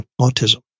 autism